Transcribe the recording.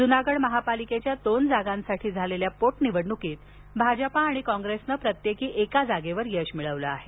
जुनागड महापालिकेच्या दोन जागांसाठी झालेल्या पोट निवडण्कीत भाजपा आणि काँग्रेसनं प्रत्येकी एका जागेवर यश मिळवलं आहे